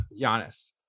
Giannis